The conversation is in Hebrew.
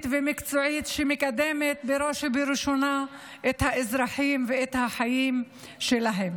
ומקצועית שמקדמת בראש ובראשונה את האזרחים ואת החיים שלהם.